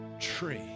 tree